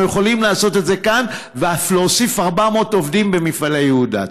אנחנו יכולים לעשות את זה כאן ואף להוסיף 400 עובדים במפעלי יהודה.